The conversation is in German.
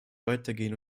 weitergehen